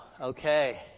okay